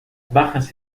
bajas